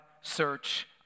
search